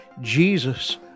Jesus